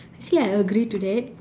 see I agree to that